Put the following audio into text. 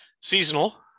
seasonal